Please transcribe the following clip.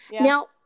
Now